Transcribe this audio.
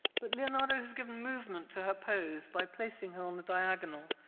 but leonardo has given movement to her pose by placing her on the diagonal,